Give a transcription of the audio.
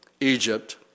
Egypt